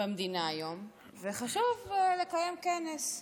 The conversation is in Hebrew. במדינה היום, וחשוב לקיים כנס.